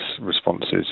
responses